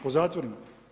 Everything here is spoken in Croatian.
Po zatvorima.